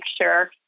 sure